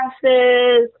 classes